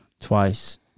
twice